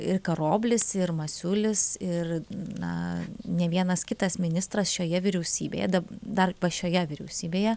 ir karoblis ir masiulis ir na ne vienas kitas ministras šioje vyriausybėje dar pašioje vyriausybėje